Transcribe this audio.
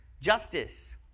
justice